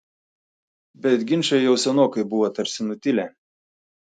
bet ginčai jau senokai buvo tarsi nutilę